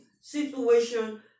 situation